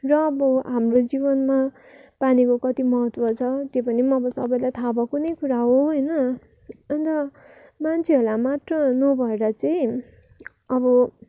र अब हाम्रो जीवनमा पानीको कति महत्त्व छ त्यो पनि अब सबैलाई थाहा भएको नै कुरा हो होइन अन्त मान्छेहरूलाई मात्र नभएर चाहिँ अब